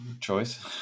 choice